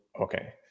okay